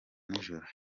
nijoro